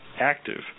active